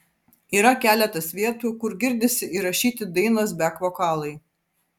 yra keletas vietų kur girdisi įrašyti dainos bek vokalai